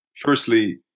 firstly